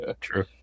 true